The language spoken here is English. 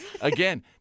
Again